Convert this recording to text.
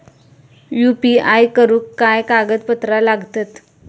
UPI करुक काय कागदपत्रा लागतत?